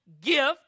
gift